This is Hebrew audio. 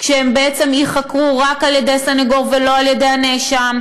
הם יחקרו רק על ידי סנגור ולא על ידי הנאשם,